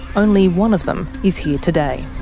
only one of them is here today.